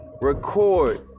record